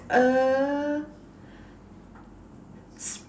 a